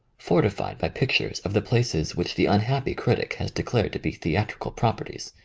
fortified by pictures of the places which the unhappy critic has de clared to be theatrical properties.